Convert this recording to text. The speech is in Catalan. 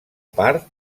part